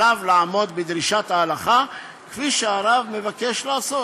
עליו לעמוד בדרישות ההלכה כפי שהרב מבקש לעשות,